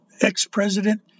ex-president